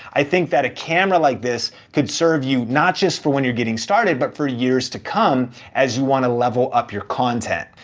i think that a camera like this could serve you, not just for when you're getting started, but for years to come as you wanna level up your content.